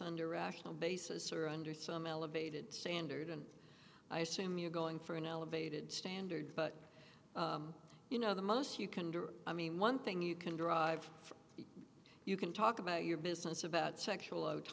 sunder rational basis or under some elevated standard and i assume you're going for an elevated standard but you know the most you can do i mean one thing you can derive from you can talk about your business about sexual aut